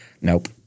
Nope